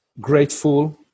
grateful